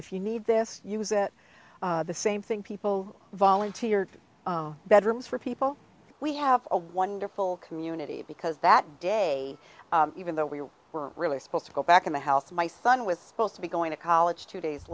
if you need this use that the same thing people volunteer bedrooms for people we have a wonderful community because that day even though we were really supposed to go back in the house my son with supposed to be going to college two days